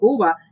Cuba